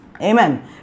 amen